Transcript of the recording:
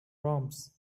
proms